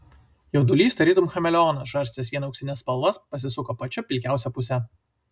jaudulys tarytum chameleonas žarstęs vien auksines spalvas pasisuko pačia pilkiausia puse